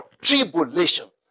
tribulation